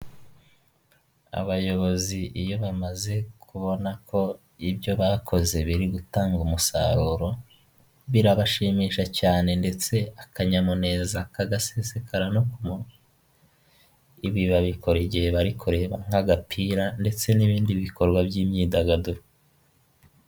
Abayobozi iyo bamaze kubona ko ibyo bakoze biri gutanga umusaruro, birabashimisha cyane ndetse akanyamuneza kagasesekara no kumunwa. Ibi babikora igihe bari kureba nk'agapira ndetse n'ibindi bikorwa by'imyidagaduro.